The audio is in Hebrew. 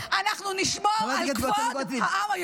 אנחנו נשמור על כבוד העם.